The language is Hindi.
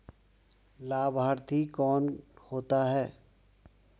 लाभार्थी कौन होता है?